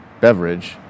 beverage